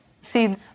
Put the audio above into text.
See